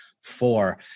four